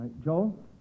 Joel